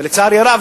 ולצערי הרב,